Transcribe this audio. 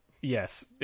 Yes